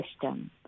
system